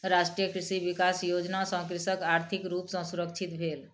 राष्ट्रीय कृषि विकास योजना सॅ कृषक आर्थिक रूप सॅ सुरक्षित भेल